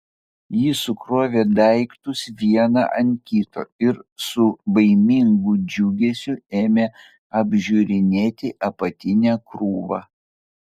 ji sukrovė daiktus vieną ant kito ir su baimingu džiugesiu ėmė apžiūrinėti apatinę krūvą